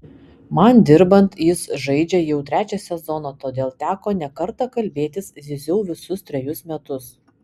man dirbant jis žaidžia jau trečią sezoną todėl teko ne kartą kalbėtis zyziau visus trejus metus